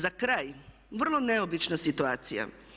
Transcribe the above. Za kraj, vrlo neobična situacija.